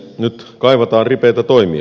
nyt kaivataan ripeitä toimia